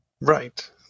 right